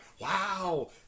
wow